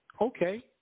okay